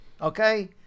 okay